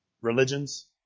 Religions